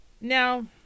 now